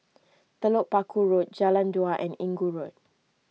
Telok Paku Road Jalan Dua and Inggu Road